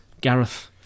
Gareth